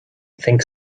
think